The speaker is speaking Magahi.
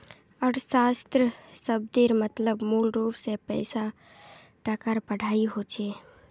अर्थशाश्त्र शब्देर मतलब मूलरूप से पैसा टकार पढ़ाई होचे